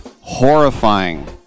Horrifying